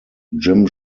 jim